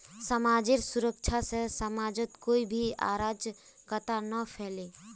समाजेर सुरक्षा से समाजत कोई भी अराजकता ना फैले